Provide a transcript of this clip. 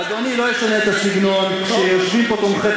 אדוני לא ישנה את הסגנון כשיושבים פה תומכי